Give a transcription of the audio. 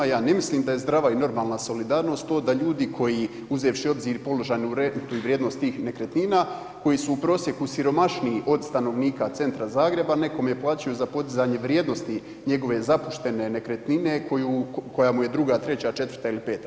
Ja ne mislim da je zdrava i normalna solidarnost to da ljudi koji uzevši u obzir položajnu vrijednost tih nekretnina koji su u prosjeku siromašniji od stanovnika centra Zagreba, … plaćaju za podizanje vrijednosti njegove zapuštene nekretnine koja mu je druga, treća, četvrta ili peta.